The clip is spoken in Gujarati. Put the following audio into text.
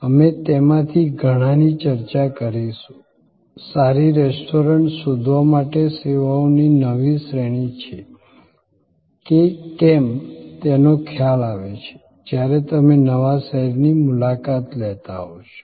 અમે તેમાંથી ઘણાની ચર્ચા કરીશું સારી રેસ્ટોરન્ટ શોધવા માટે સેવાઓની નવી શ્રેણી છે કે કેમ તેનો ખ્યાલ આવે છે જ્યારે તમે નવા શહેરની મુલાકાત લેતા હોવ છો